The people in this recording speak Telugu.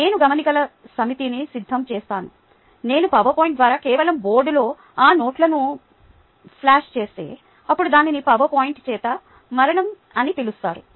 నేను గమనికల సమితిని సిద్ధం చేసాను నేను పవర్పాయింట్ ద్వారా కేవలం బోర్డులో ఆ నోట్లను ఫ్లాష్ చేస్తే అప్పుడు దానిని పవర్ పాయింట్ చేత మరణం అని పిలుస్తారు